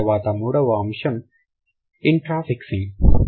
ఆ తర్వాత మూడవ అంశం ఇన్ట్రా ఫిక్సింగ్